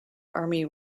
army